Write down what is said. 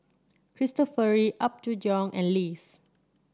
Cristofori Apgujeong and Lays